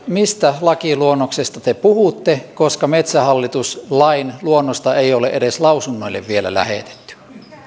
mistä lakiluonnoksesta te puhutte koska metsähallitus lain luonnosta ei ole edes lausunnoille vielä lähetetty